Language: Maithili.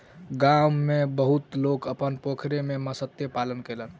गाम में बहुत लोक अपन पोखैर में मत्स्य पालन कयलक